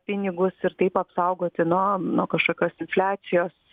pinigus ir taip apsaugoti na nuo kažkokios infliacijos